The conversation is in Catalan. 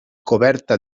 coberta